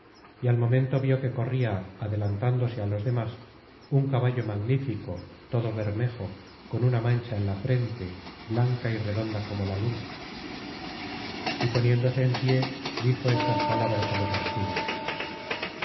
y al momento vio que corría adelantándose á los demás un caballo magnífico todo bermejo con una mancha en la frente blanca y redonda como la luna y poniéndose en pie dijo estas palabras á los argivos